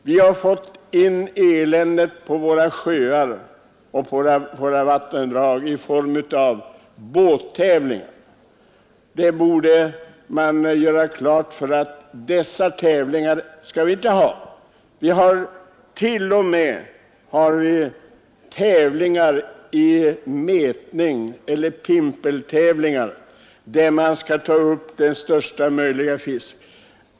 Vi har fått in eländet på våra sjöar och vattendrag i form av båttävlingar. Vi borde göra klart för oss att vi inte bör ha sådana tävlingar. Vi har t.o.m. tävlingar i pimpling där det gäller att ta upp så mycket fisk som möjligt.